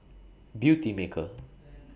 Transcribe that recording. Beautymaker